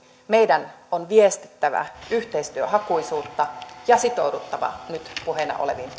meidän on viestittävä yhteistyöhakuisuutta ja sitouduttava nyt puheena oleviin